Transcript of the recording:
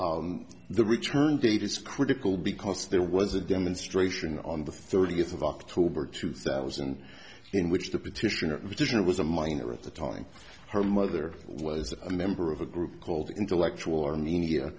ok the return date is critical because there was a demonstration on the thirtieth of october two thousand in which the petitioner vision was a minor at the time her mother was a member of a group called intellectual or media